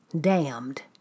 Damned